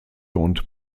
und